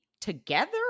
together